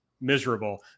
miserable